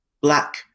black